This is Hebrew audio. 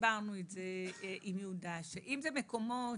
ודיברנו על זה עם יהודה, שאם זה מקומות